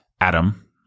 Adam